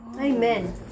Amen